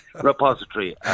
Repository